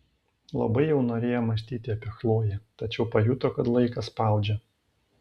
labai jau norėjo mąstyti apie chloję tačiau pajuto kad laikas spaudžia